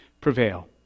prevail